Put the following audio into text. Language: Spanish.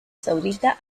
saudita